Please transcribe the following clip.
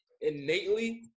innately